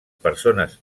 persones